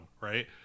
right